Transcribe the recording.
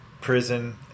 prison